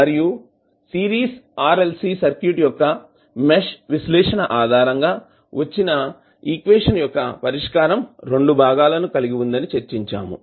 మరియు series RLC circuit యొక్క mesh విశ్లేషణ ఆధారంగా వచ్చిన ఈక్వేషన్ యొక్క పరిష్కారం 2 భాగాలను కలిగి ఉందని చర్చించాము